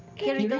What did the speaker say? kiri, you know